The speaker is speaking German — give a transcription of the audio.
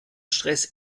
stress